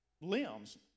limbs